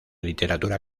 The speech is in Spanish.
literatura